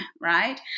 right